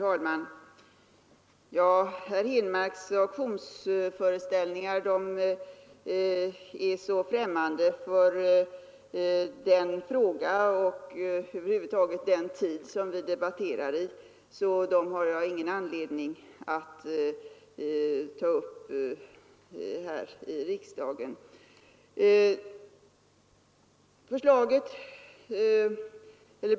Herr talman! Herr Henmarks auktionsföreställningar är så främmande för den fråga och den tid vi diskuterar att jag inte har någon anledning att ta upp dem här i riksdagen.